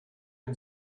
and